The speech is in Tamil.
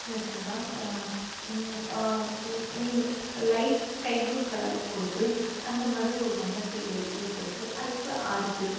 சின்ன சின்னதாக நீ லைட் ஸ்கை ப்ளூ கலர் கொடுத்து அந்த மாதிரி ஒரு வண்ணத்தை ஏற் ஏற்படுத்தி அதுக்குப்பிறகு ஆர்க்கு